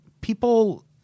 People